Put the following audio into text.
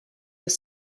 were